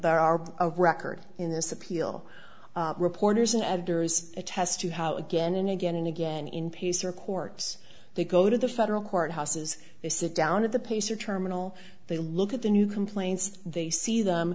there are a record in this appeal reporters and editors attest to how again and again and again in pacer courts they go to the federal court houses they sit down at the pacer terminal they look at the new complaints they see them